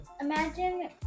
Imagine